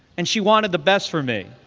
and she wanted the best for me.